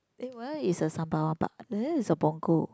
eh where is the Sembawang park is at Punggol